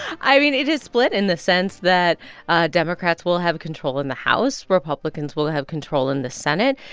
i mean, it is split in the sense that democrats will have control in the house. republicans will will have control in the senate.